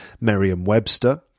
Merriam-Webster